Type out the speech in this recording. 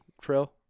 trail